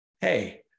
Hey